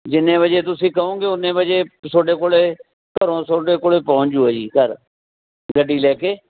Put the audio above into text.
ਜਿੰਨੇ ਵਜੇ ਤੁਸੀਂ ਕਹੋਗੇ ਉੰਨੇ ਵਜੇ ਤੁਹਾਡੇ ਕੋਲ ਘਰ ਤੁਹਾਡੇ ਕੋਲ ਪਹੁੰਚ ਜੂਗਾ ਜੀ ਘਰ ਗੱਡੀ ਲੈ ਕੇ